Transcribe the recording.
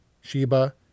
Sheba